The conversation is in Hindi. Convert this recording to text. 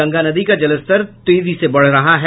गंगा नदी का जलस्तर तेजी से बढ़ रहा है